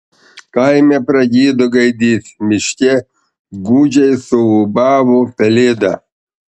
kaime pragydo gaidys miške gūdžiai suūbavo pelėda